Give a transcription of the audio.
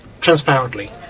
transparently